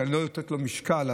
לתת לו משקל,